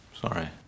Sorry